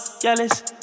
jealous